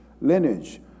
lineage